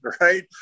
Right